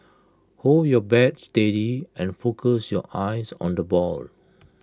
hold your bat steady and focus your eyes on the ball